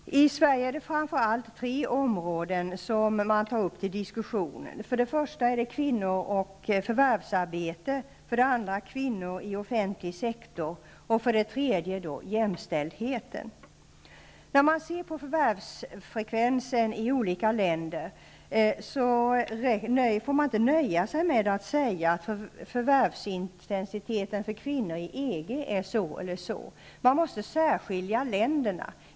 I Sverige är det framför allt tre områden som tas upp till diskussion: kvinnor och förvärvsarbte, kvinnor i offentlig sektor och jämställdheten. När man ser på förvärvsfrekvensen i olika länder, kan man inte nöja sig med att säga att förvärvsintensiteten för kvinnor i EG är si eller så hög. Man måste särskilja länderna.